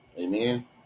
Amen